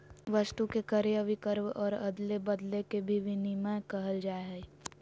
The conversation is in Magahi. वस्तु के क्रय विक्रय और अदले बदले के भी विनिमय कहल जाय हइ